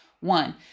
One